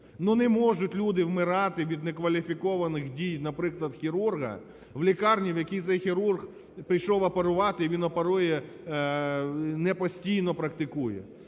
Ну не можуть люди вмирати від некваліфікованих дій, наприклад, хірурга в лікарні, в якій цей хірург прийшов оперувати, і він оперує, не постійно практикує.